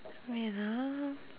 wait ah